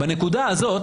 בנקודה הזאת